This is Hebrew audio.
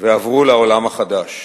ועברו לעולם החדש.